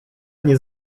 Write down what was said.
nie